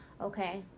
okay